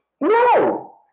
No